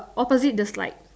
opposite the slide